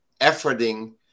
efforting